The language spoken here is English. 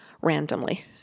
randomly